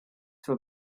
for